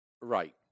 right